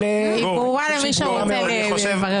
היא ברורה למי שרוצה לברר אותה.